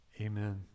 amen